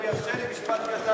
הוא ירשה לי משפט קטן,